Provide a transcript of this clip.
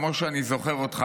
כמו שאני זוכר אותך,